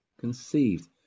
conceived